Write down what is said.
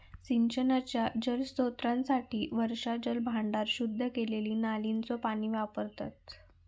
सिंचनाच्या जलस्त्रोतांसाठी वर्षाजल भांडार, शुद्ध केलेली नालींचा पाणी वापरतत